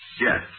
yes